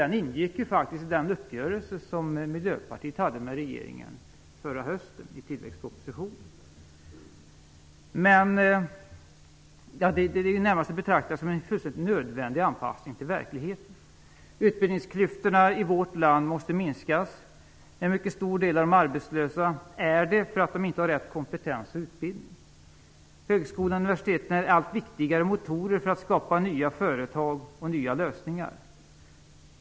Den ingick ju faktiskt i den uppgörelse som Miljöpartiet hade med regeringen förra hösten i tillväxtpropositionen. Men detta är närmast att betrakta som en fullständigt nödvändig anpassning till verkligheten. Utbildningsklyftorna i vårt land måste minskas. En mycket stor del av de arbetslösa är arbetslösa för att de inte har rätt kompetens och utbildning. Högskolor och universitet är allt viktigare motorer för att skapa nya företag och nya lösningar.